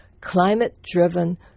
climate-driven